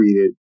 treated